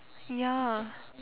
ya